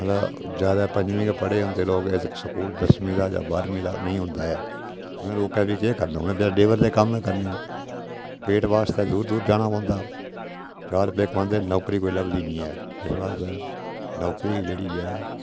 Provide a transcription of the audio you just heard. ते जादै पंञमीं गै पढ़े दे होंदे लोक इस स्कूल दसमीं दा ते बारहमीं दा नेईं होंदा ऐ उ'नें लोकें केह् करना उ'नें लेबर दे ई कम्म करने पेट आस्तै दूर दूर जाना पौंदा चार रपेऽ कमांदे नौकरी कोई लभदी निं ऐ इस आस्तै नौकरी जेह्ड़ी ऐ